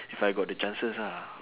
if I got the chances ah